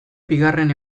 bigarren